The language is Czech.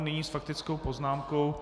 Nyní s faktickou poznámkou.